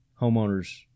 homeowners